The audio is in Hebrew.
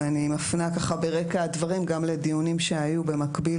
ואני מפנה ברקע הדברים גם לדיונים שהיו במקביל